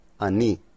ani